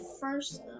first